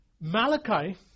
Malachi